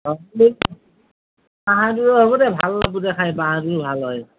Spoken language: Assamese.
অঁ তাহাৰ দুয়ো হ'ব দে ভাল লাগিব দে খাই ভাল হয়